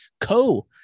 co